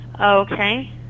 Okay